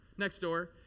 Nextdoor